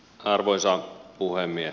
arvoisa puhemies